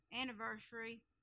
anniversary